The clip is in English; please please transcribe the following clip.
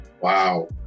wow